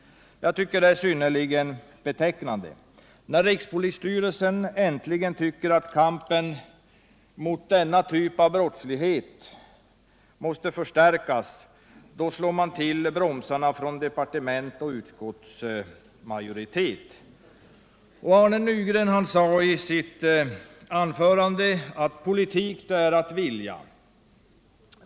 Jag tycker det är synnerligen betecknande. När rikspolisstyrelsen äntligen tycker att kampen mot denna typ av brottslighet måste förstärkas, då slår man till bromsarna från departement och utskottsmajoritet. Arne Nygren sade i sitt anförande att politik är att vilja.